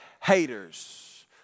haters